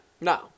No